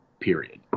period